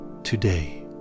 Today